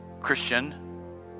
Christian